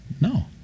No